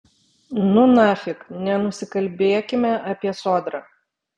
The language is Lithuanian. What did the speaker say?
nu nafig nenusikalbėkime apie sodrą